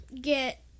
get